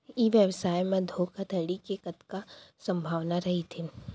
ई व्यवसाय म धोका धड़ी के कतका संभावना रहिथे?